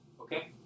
Okay